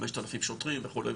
5,000 שוטרים וכו'.